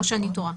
או שאני טועה.